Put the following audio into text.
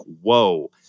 whoa